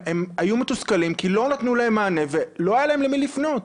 הם היו מתוסכלים כי לא נתנו להם מענה ולא היה להם למי לפנות.